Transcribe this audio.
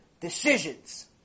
decisions